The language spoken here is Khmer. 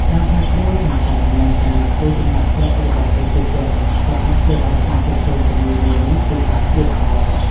ការប្រែប្រួលសង្គម និងការធ្វើចំណាកស្រុករបស់ប្រជាជនក៏អាចធ្វើឱ្យការគ្រប់គ្រងជំងឺមួយនេះពិបាកទៀតផង។